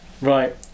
Right